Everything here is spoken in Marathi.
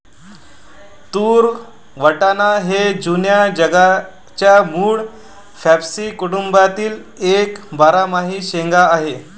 तूर वाटाणा हे जुन्या जगाच्या मूळ फॅबॅसी कुटुंबातील एक बारमाही शेंगा आहे